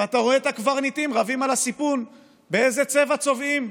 אתה רואה את הקברניטים רבים על הסיפון באיזה צבע צובעים,